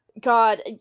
God